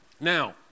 Now